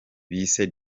bise